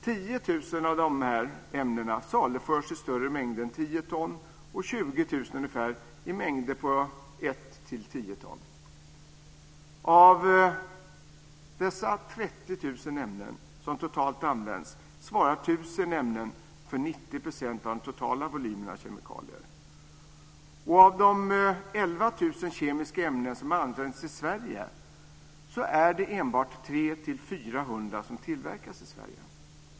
10 000 av dessa saluförs i större mängder än 10 ton och 20 000 i mängder på 1-10 ton. Av dessa 30 000 ämnen som totalt används svarar 1 000 ämnen för 90 % av den totala volymen av kemikalier. Av de 11 000 kemiska ämnen som används i Sverige är det enbart 300-400 som tillverkas i Sverige.